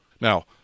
Now